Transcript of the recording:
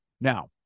Now